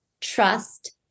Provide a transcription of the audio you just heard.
trust